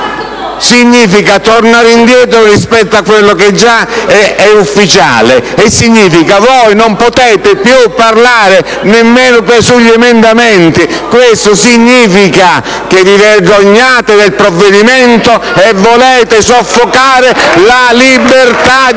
significa tornare indietro rispetto a quello che è già ufficiale. Significa che non possiamo più parlare nemmeno sugli emendamenti! Significa che vi vergognate del provvedimento e volete soffocare la libertà di